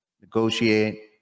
negotiate